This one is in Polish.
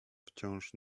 wciąż